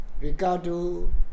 Ricardo